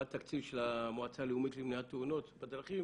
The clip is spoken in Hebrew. התקציב של המועצה הלאומית למניעת תאונות הדרכים